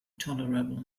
tolerable